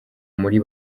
muri